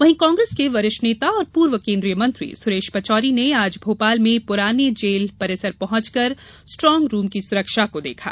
वहीं कांग्रेस के वरिष्ठ नेता और पूर्व केन्द्रीय मंत्री सुरेश पचोरी ने आज भोपाल में पुराने जल परिसर पहुंचकर स्ट्रांग रूम की सुरक्षा को देखा